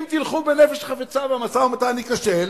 אם תלכו בנפש חפצה והמשא-ומתן ייכשל,